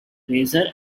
razor